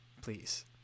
Please